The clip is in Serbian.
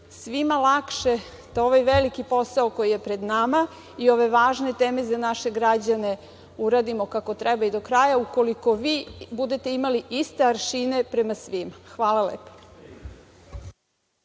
svima lakše da ovaj veliki posao koji je pred nama i ove važne teme za naše građane uradimo kako treba i do kraja ukoliko vi budete imali iste aršine prema svima. Hvala.